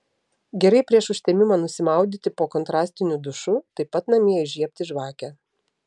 gerai prieš užtemimą nusimaudyti po kontrastiniu dušu taip pat namie įžiebti žvakę